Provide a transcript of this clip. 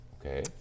Okay